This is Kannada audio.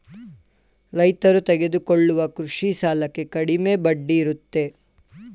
ರೈತರು ತೆಗೆದುಕೊಳ್ಳುವ ಕೃಷಿ ಸಾಲಕ್ಕೆ ಕಡಿಮೆ ಬಡ್ಡಿ ಇರುತ್ತೆ